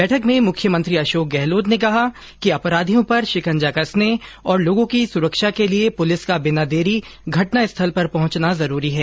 बैठॅक में मुख्यमंत्री अशोंक गहलोत ने कहा कि अपराधियों पर शिकंजा कसने और लोगों की सुरक्षा के लिए पुलिस का बिना देरी घटना स्थल पर पहुंचना जरूरी है